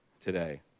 today